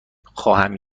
خواهم